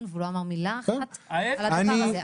והוא לא אמר מילה אחת על הדבר הזה.